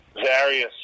various